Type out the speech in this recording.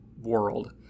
world